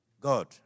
God